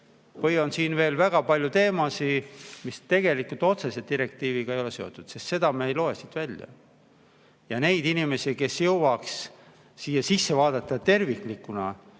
või on siin veel väga palju teemasid, mis tegelikult otseselt direktiiviga ei ole seotud. Seda me ei loe siit välja. Ja neid inimesi, kes jõuaks siia sisse vaadata terviklikuna,